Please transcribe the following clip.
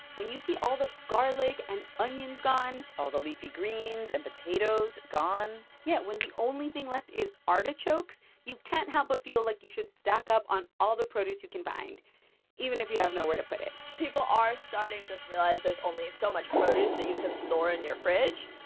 when you see all the garlic and onions gone. all the leafy greens and potatoes gone yeah, when the only thing left is artichokes, you can't help but feel like you should stock up on all the produce you can find even if you have nowhere to put it people are starting to realize there's only so much produce that you can store in your fridge.